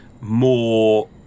more